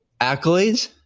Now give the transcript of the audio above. accolades